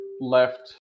left